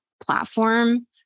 platform